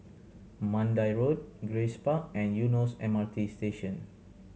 Mandai Road Grace Park and Eunos M R T Station